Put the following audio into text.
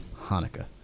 Hanukkah